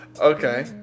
Okay